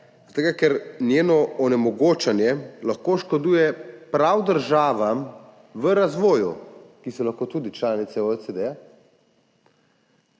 ker njeno onemogočanje lahko škoduje prav državam v razvoju, ki so lahko tudi članice OECD.